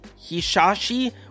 Hishashi